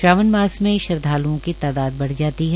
श्रावण मास में श्रद्वाल्ओं की तादाद बढ़ जाती है